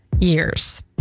years